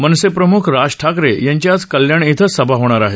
मनसे प्रमुख राज ठाकरे यांची आज कल्याण श्वं सभा होणार आहेत